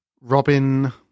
robin